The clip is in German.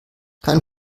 kein